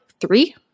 three